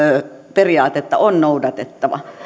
periaatetta on noudatettava